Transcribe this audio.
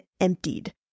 emptied